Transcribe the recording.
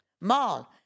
mall